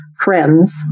Friends